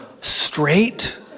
straight